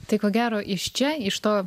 tai ko gero iš čia iš to